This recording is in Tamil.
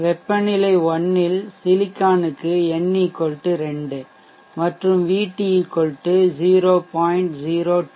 வெப்பநிலை 1 ல் சிலிக்கான் க்கு N 2 மற்றும் VT 0